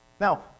Now